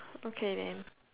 okay then